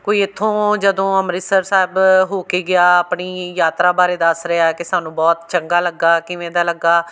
ਕੋਈ ਇੱਥੋਂ ਜਦੋਂ ਅੰਮ੍ਰਿਤਸਰ ਸਾਹਿਬ ਹੋ ਕੇ ਗਿਆ ਆਪਣੀ ਯਾਤਰਾ ਬਾਰੇ ਦੱਸ ਰਿਹਾ ਕਿ ਸਾਨੂੰ ਬਹੁਤ ਚੰਗਾ ਲੱਗਾ ਕਿਵੇਂ ਦਾ ਲੱਗਾ